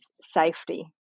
safety